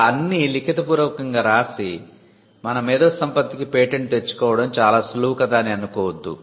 ఇలా అన్నీ లిఖిత పూర్వకంగా రాసి మన మేధోసంపత్తికి పేటెంట్ తెచ్చుకోవడం చాలా సులువు కదా అని అనుకోవద్దు